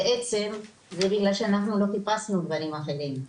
בעצם זה בגלל שאנחנו לא חיפשנו דברים אחרים.